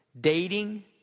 Dating